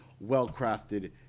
well-crafted